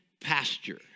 pasture